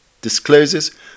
discloses